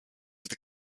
with